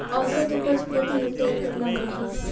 औसत उपज प्रति हेक्टेयर केतना होखे?